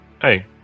hey